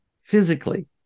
physically